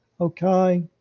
Okay